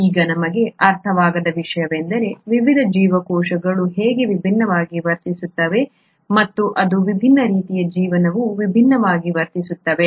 ಈಗ ನಮಗೆ ಅರ್ಥವಾಗದ ವಿಷಯವೆಂದರೆ ವಿವಿಧ ಜೀವಕೋಶಗಳು ಹೇಗೆ ವಿಭಿನ್ನವಾಗಿ ವರ್ತಿಸುತ್ತವೆ ಅಥವಾ ವಿಭಿನ್ನ ರೀತಿಯ ಜೀವನವು ವಿಭಿನ್ನವಾಗಿ ವರ್ತಿಸುತ್ತವೆ